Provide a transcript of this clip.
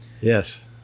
Yes